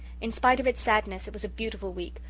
in spite of its sadness, it was a beautiful week,